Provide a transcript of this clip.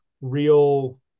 real